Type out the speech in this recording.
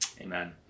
Amen